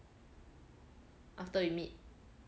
after we meet